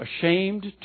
ashamed